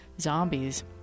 zombies